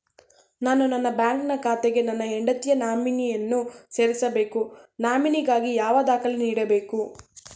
ನಾನು ನನ್ನ ಬ್ಯಾಂಕಿನ ಖಾತೆಗೆ ನನ್ನ ಹೆಂಡತಿಯ ನಾಮಿನಿಯನ್ನು ಸೇರಿಸಬೇಕು ನಾಮಿನಿಗಾಗಿ ಯಾವ ದಾಖಲೆ ನೀಡಬೇಕು?